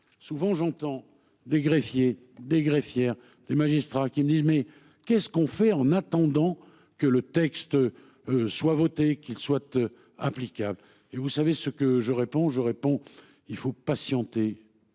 Souvent j'entends des greffiers des greffières des magistrats qui me dit mais qu'est-ce qu'on fait en attendant que le texte. Soit voté qu'il soit applicable et vous savez ce que je réponds, je réponds, il faut patienter